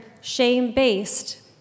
shame-based